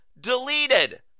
deleted